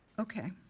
okay.